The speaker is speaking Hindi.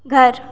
घर